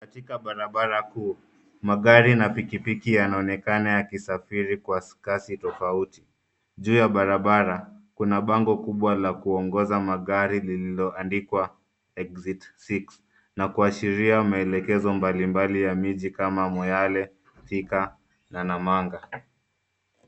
Katika barabara kuu magari na pikpiki yanaonekana yakisafiri kwa kasi tofauti. Juu ya barabara kuna bango kubwa la kuongoza magari lililo andikwa exit six na kuashiria maelekezo mbali mbali ya miji kama Moyale, Thika na Namanga.